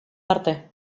parte